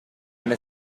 una